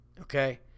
okay